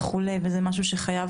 וזה משהו שחייב